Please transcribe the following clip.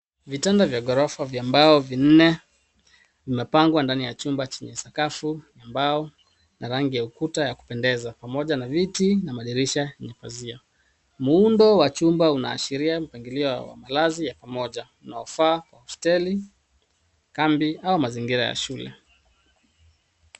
Vitanda vya ghorofa vya mbao vinne vimepangwa ndani ya chumba chenye sakafu ya mbao na rangi ya ukuta ya kupendeza pamoja na viti na madirisha yenye mapazia. Muundo wa chumba unaashiria mpangilio wa malazi ya pamoja unaofaa kwa hosteli, kambi au mazingira ya mashule.